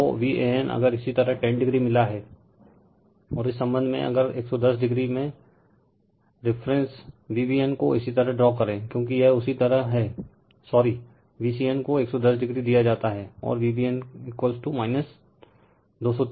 तो Van अगर इसी तरह 10o मिला हैंl और इस संबंध में अगर 110o में रिफ़रेंस Vbn को इसी तरह ड्रा करे क्योकि यह उसी तरह हैं सॉरी Vcnको 110o दिया जाता हैं और Vbn 230o हैl